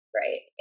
right